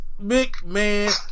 McMahon